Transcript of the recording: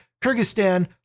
Kyrgyzstan